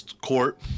court